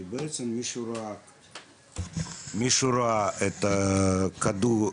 כי בעצם, מי שראה את הכדור אקסטזי,